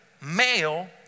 Male